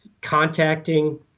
contacting